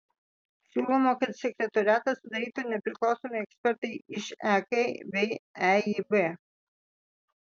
siūloma kad sekretoriatą sudarytų nepriklausomi ekspertai iš ek bei eib